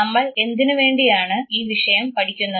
നമ്മൾ എന്തിനുവേണ്ടിയാണ് ഈ വിഷയം പഠിക്കുന്നത്